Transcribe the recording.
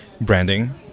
branding